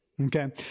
Okay